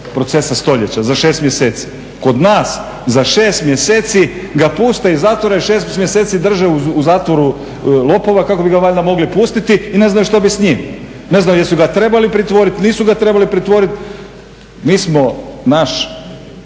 procesa stoljeća za 6 mjeseci. Kod nas za 6 mjeseci ga puste iz zatvora i …/Govornik se ne razumije./… mjeseci drže u zatvoru lopova kako bi ga valjda mogli pustiti i ne znaju što bi s njim. Ne znaju jesu li ga trebali pritvoriti, nisu ga trebali pritvoriti. Mi smo, naš